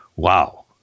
Wow